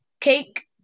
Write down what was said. cake